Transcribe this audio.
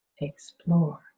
explore